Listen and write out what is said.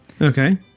Okay